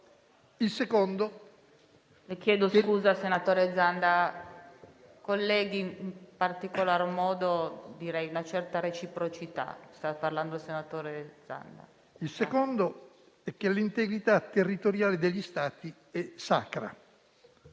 Il secondo punto è che l'integrità territoriale degli Stati è sacra.